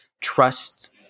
trust